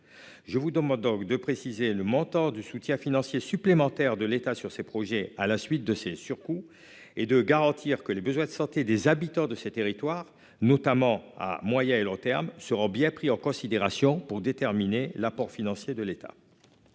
Je vous demande donc de préciser le montant du soutien financier supplémentaire de l'État sur ses projets à la suite de ces surcoûts et de garantir que les besoins de santé des habitants de ces territoires notamment à moyen et long terme seront bien pris en considération pour déterminer l'apport financier de l'État.